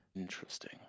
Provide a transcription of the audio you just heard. Interesting